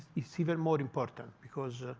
is even more important, because